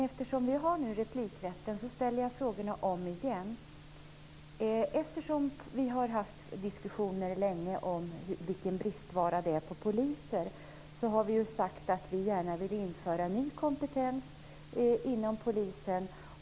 Eftersom vi har replikrätt ställer jag nu frågorna om igen. Eftersom vi länge har haft diskussioner om vilken brist det är på poliser har vi sagt att vi gärna vill införa ny kompetens inom polisen.